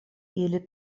ili